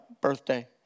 birthday